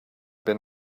been